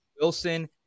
Wilson